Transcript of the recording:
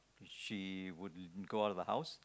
she would go out of the house